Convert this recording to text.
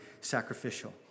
sacrificial